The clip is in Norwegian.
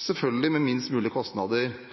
selvfølgelig gjøres